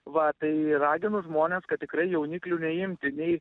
va tai ragino žmones kad tikrai jauniklių neimti nei